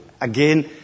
again